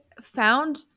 found